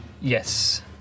Yes